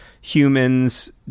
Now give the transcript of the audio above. humans